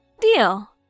Deal